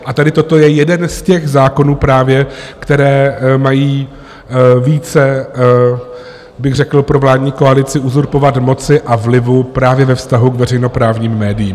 A tady toto je jeden z těch zákonů právě, které mají více bych řekl pro vládní koalici uzurpovat moci a vlivu právě ve vztahu k veřejnoprávním médiím.